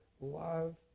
love